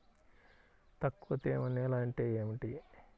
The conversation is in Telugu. తక్కువ తేమ నేల అంటే ఏమిటి?